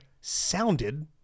sounded